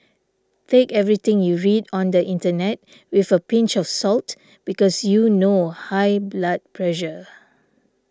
take everything you read on the internet with a pinch of salt because you know high blood pressure